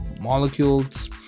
molecules